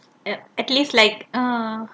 at at least like uh